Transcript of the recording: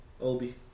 Obi